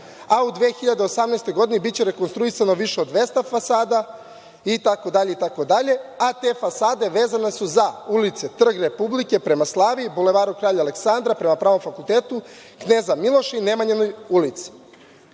a u 2018. godini biće rekonstruisano više od 200 fasada itd, a te fasade vezane su za ulice trg Republike prema Slaviji, Bulevar kralja Aleksandra prema Pravnom fakultetu, Kneza Miloša i Nemanjina ulica.